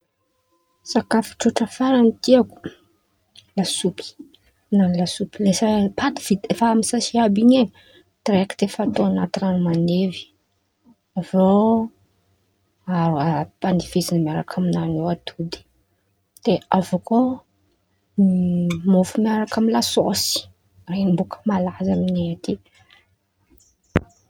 Sakafo tsotra faran̈y tiako: lasopy, man̈ano lasopy efa- paty efa vita amy sase àby in̈y e direkity efa atao an̈aty ran̈o mandevy avy eo aharoa- ampadevezin̈ao miaraka amin̈any ao atody, de avy eo koa mofo miaraka amy lasôsy ren̈y bôka malaza amin̈ay aty.